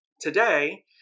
Today